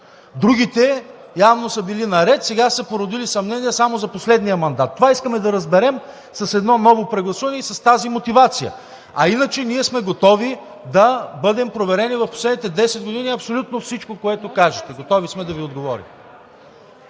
Другите явно са били наред, сега са се породили съмнения само за последния мандат. Това искаме да разберем с едно ново прегласуване и с тази мотивация. А иначе, ние сме готови да бъдем проверени в последните десет години абсолютно всичко, което кажете. Готови сме да Ви отговорим.